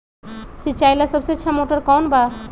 सिंचाई ला सबसे अच्छा मोटर कौन बा?